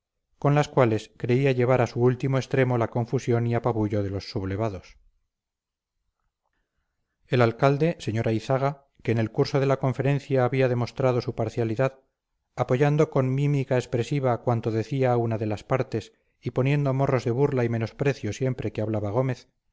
con las cuales creía llevar a su último extremo la confusión y apabullo de los sublevados el alcalde sr ayzaga que en el curso de la conferencia había demostrado su parcialidad apoyando con mímica expresiva cuanto decía una de las partes y poniendo morros de burla y menosprecio siempre que hablaba gómez